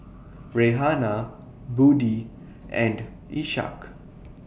Raihana Budi and Ishak